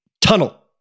tunnel